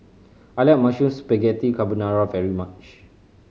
I like Mushroom Spaghetti Carbonara very much